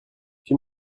suis